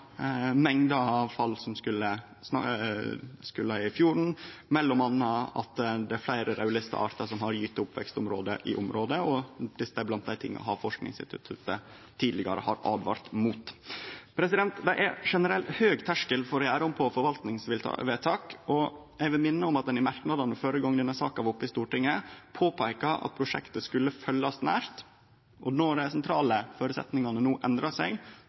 mengda avfall som skulle i fjorden, og at det er fleire raudlista artar som har gyte- og oppvekstområde i området. Dette er blant dei tinga Havforskingsinstituttet tidlegare har åtvara mot. Det er generelt høg terskel for å gjere om på forvaltingsvedtak. Eg vil minne om at ein i merknadene førre gong denne saka var oppe i Stortinget, påpeika at prosjektet skulle følgjast nært, og når dei sentrale føresetnadene no endrar seg,